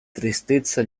tristezza